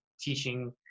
teaching